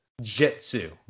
jitsu